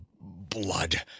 blood